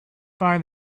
find